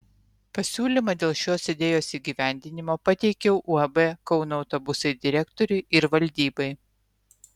pasiūlymą dėl šios idėjos įgyvendinimo pateikiau uab kauno autobusai direktoriui ir valdybai